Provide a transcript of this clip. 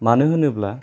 मानो होनोब्ला